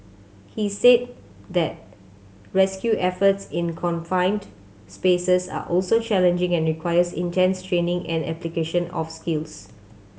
he said that rescue efforts in confined spaces are also challenging and requires intense training and application of skills